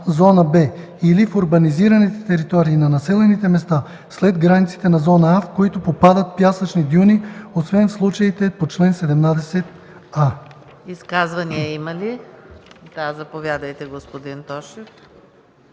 зона „Б“ или в урбанизираните територии на населените места след границите на зона „А“, в които попадат пясъчни дюни, освен в случаите по чл. 17а.”